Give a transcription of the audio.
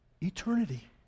eternity